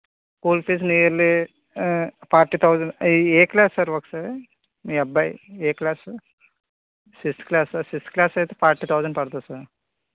school fees nearly forty thousand ఏ ఏ class sir ఒకసారి మీ అబ్బాయి ఏ క్లాసు సిక్స్త్ క్లాస్ ఆ సిక్స్త్ క్లాస్ అయితే ఫార్టీ థౌసండ్ పడుతుంది సార్